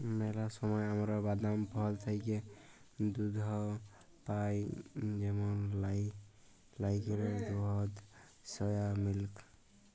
ম্যালা সময় আমরা বাদাম, ফল থ্যাইকে দুহুদ পাই যেমল লাইড়কেলের দুহুদ, সয়া মিল্ক